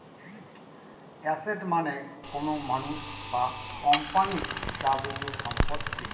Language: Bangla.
এসেট মানে কোনো মানুষ বা কোম্পানির যাবতীয় সম্পত্তি